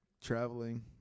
Traveling